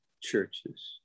churches